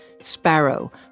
Sparrow